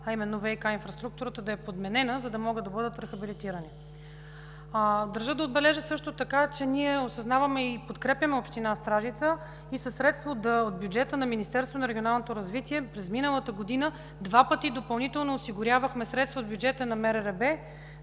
а именно ВиК-инфраструктурата да е подменена, за да могат да бъдат рехабилитирани. Държа да отбележа също така, че ние осъзнаваме и подкрепяме Община Стражица и със средства от бюджета на Министерството на регионалното развитие. През миналата година два пъти допълнително осигурявахме средства от бюджета на МРРБ